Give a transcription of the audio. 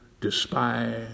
despise